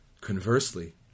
Conversely